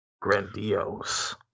grandiose